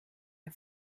der